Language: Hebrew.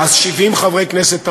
אז 70 חברי כנסת תמכו.